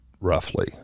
roughly